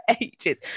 ages